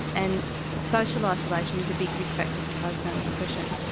and social isolation is a big risk factor for postnatal depression.